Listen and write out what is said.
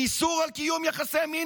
זה ימשיך באיסור קיום יחסי מין,